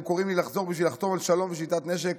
והם קוראים לי לחזור בשביל לחתום על שלום ושביתת נשק.